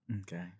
Okay